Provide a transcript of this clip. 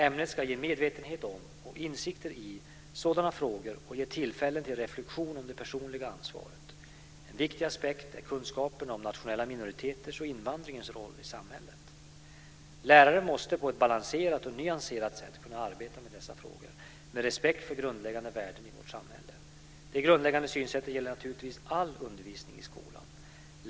Ämnet ska ge medvetenhet om och insikter i sådana frågor och ge tillfällen till reflexion om det personliga ansvaret. En viktig aspekt är kunskaper om nationella minoriteters och invandringens roll i samhället. Lärare måste på ett balanserat och nyanserat sätt kunna arbeta med dessa frågor med respekt för de grundläggande värdena i vårt samhälle. Detta grundläggande synsätt gäller naturligtvis all undervisning i skolan.